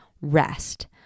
rest